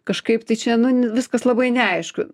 kažkaip tai čia nu viskas labai neaišku